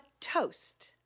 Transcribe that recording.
toast